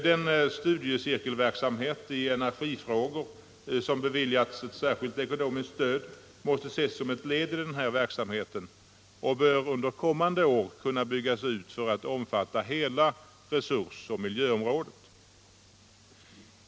Den studiecirkelverksamhet i energifrågor som beviljas ett särskilt ekonomiskt stöd måste ses som ett led i denna verksamhet och bör under kommande år kunna byggas ut för att omfatta hela resursoch miljöområdet.